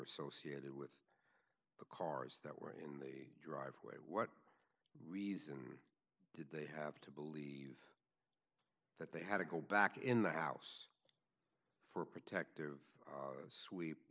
associated with the cars that were the driveway what reason did they have to believe that they had to go back in the house for a protective sweep